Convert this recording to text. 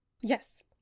Yes